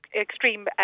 extreme